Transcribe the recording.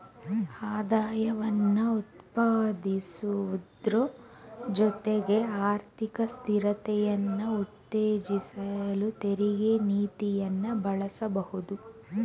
ಆದಾಯವನ್ನ ಉತ್ಪಾದಿಸುವುದ್ರ ಜೊತೆಗೆ ಆರ್ಥಿಕ ಸ್ಥಿರತೆಯನ್ನ ಉತ್ತೇಜಿಸಲು ತೆರಿಗೆ ನೀತಿಯನ್ನ ಬಳಸಬಹುದು